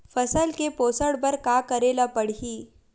फसल के पोषण बर का करेला पढ़ही?